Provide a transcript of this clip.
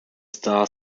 star